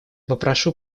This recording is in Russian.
попрошу